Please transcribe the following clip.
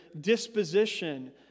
disposition